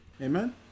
Amen